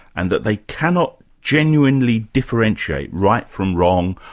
and that they cannot genuinely differentiate right from wrong,